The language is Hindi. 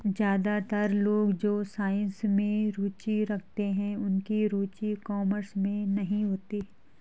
ज्यादातर लोग जो साइंस में रुचि रखते हैं उनकी रुचि कॉमर्स में नहीं होती